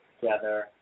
together